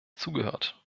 zugehört